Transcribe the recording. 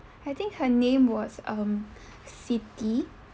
I think her name was um siti